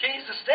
Jesus